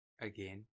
again